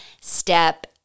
step